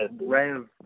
Rev